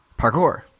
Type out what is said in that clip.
parkour